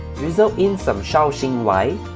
drizzle in some shaoxing wine,